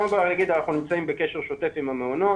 קודם כל אגיד שאנחנו נמצאים בקשר שוטף עם המעונות,